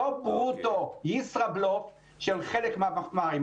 ולא ברוטו, לא ישראבלוף של חלק מהמפמ"רים.